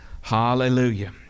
Hallelujah